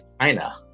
China